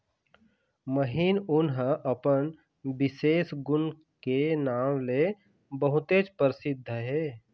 महीन ऊन ह अपन बिसेस गुन के नांव ले बहुतेच परसिद्ध हे